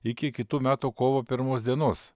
iki kitų metų kovo pirmos dienos